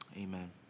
Amen